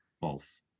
False